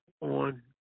on